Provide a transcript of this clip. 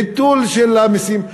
ביטול של המסים.